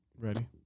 ready